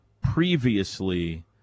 previously